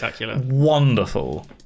wonderful